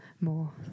more